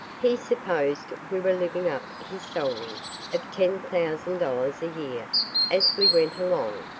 he supposed we were living up his salary of ten thousand dollars a year as we went along,